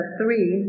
three